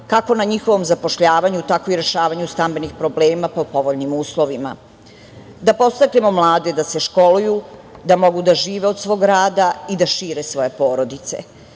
kako na njihovom zapošljavanju, tako i rešavanju stambenih problema po povoljnim uslovima, da podstaknemo mlade da se školuju, da mogu da žive od svog rada i da šire svoje porodice.